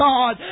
God